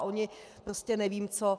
Oni prostě nevím co.